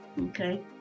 Okay